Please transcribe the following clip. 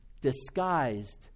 disguised